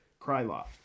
Krylov